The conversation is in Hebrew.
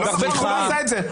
הוא לא עשה את זה,